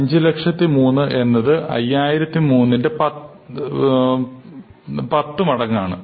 500003 എന്നത് 5003 ന്റെ ഏകദേശം പത്ത് മടങ്ങാണ്